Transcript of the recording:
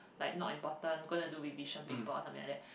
like not important gonna do revision paper or something like that